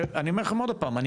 אני אומר לכם עוד הפעם,